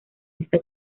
esta